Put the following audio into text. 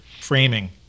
framing